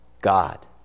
God